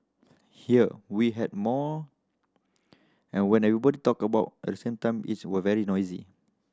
here we had more and when everybody talked about at the same time it was very noisy